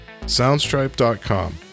soundstripe.com